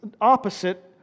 opposite